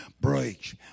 breaks